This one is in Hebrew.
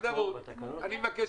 אני מבקש